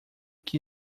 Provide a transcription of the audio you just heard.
que